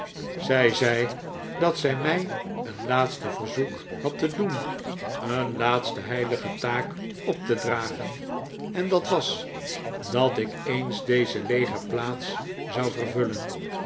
zij zei dat zij mij een laatste verzoek had te doen een laatste heilige taak op te dragen en dat was dat ik eens deze leege plaats zou vervullen